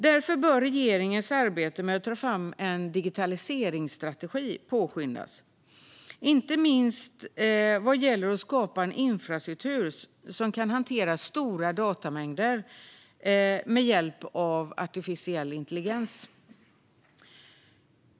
Därför bör arbetet med att ta fram en digitaliseringsstrategi påskyndas, till exempel vad gäller att skapa infrastruktur som kan hantera stora datamängder med hjälp av artificiell intelligens.